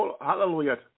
Hallelujah